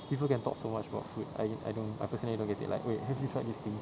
people can talk so much about food I I don't I personally don't get it like wait have you tried this thing